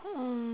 mm